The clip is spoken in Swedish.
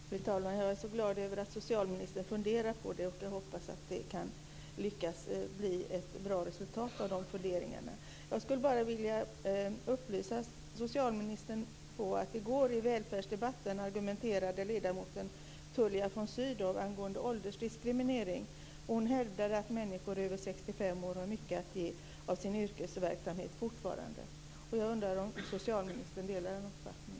Fru talman! Jag är glad över att socialministern funderar på frågan och hoppas att det lyckas bli ett bra resultat av funderingarna. Jag vill bara upplysa socialministern om att i välfärdsdebatten i går argumenterade ledamoten Tullia von Sydow angående åldersdiskrimineringen. Hon hävdade att människor över 65 år fortfarande har mycket att ge i deras yrkesverksamhet. Jag undrar om socialministern delar denna uppfattning.